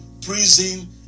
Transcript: prison